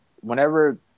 whenever